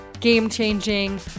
game-changing